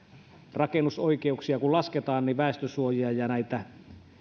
rakennusoikeuksia kun lasketaan niin väestönsuojia ja näitä